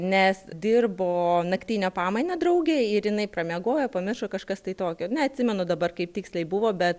nes dirbo naktinę pamainą draugė ir jinai pramiegojo pamiršo kažkas tai tokio neatsimenu dabar kaip tiksliai buvo bet